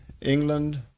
England